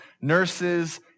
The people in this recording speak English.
nurses